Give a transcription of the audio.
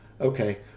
Okay